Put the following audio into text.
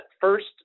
first